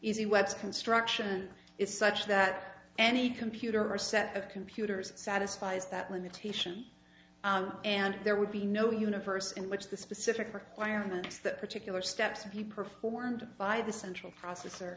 web's construction is such that any computer or set of computers satisfies that limitation and there would be no universe in which the specific requirements that particular steps be performed by the central processor